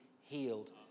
healed